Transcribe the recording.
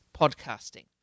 podcasting